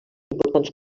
importants